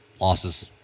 losses